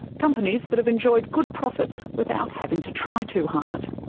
companies that have enjoyed good profits without having to try too hard.